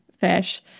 fish